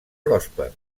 pròsper